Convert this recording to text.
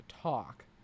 talk